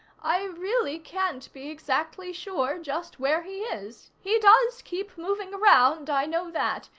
i really can't be exactly sure just where he is. he does keep moving around, i know that.